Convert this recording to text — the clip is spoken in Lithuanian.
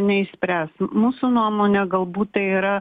neišspręs mūsų nuomone galbūt tai yra